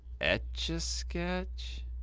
Etch-a-Sketch